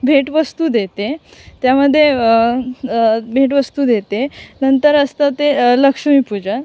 भेटवस्तू देते त्यामध्ये भेटवस्तू देते नंतर असतं ते लक्ष्मीपूजन